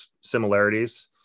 similarities